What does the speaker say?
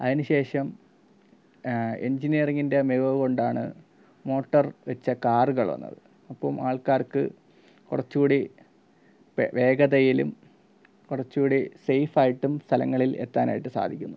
അതിനുശേഷം എൻജിനീയറിങ്ങിന്റെ മികവു കൊണ്ടാണ് മോട്ടർ വെച്ച കാറുകൾ വന്നത് അപ്പം ആൾക്കാർക്ക് കുറച്ചു കൂടി വെ വേഗതയിലും കുറച്ചു കൂടി സേഫായിട്ടും സ്ഥലങ്ങളിൽ എത്താനായിട്ട് സാധിക്കുന്നു